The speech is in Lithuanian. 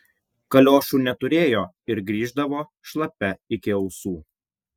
kaliošų neturėjo ir grįždavo šlapia iki ausų